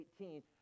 18